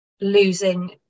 losing